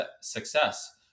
success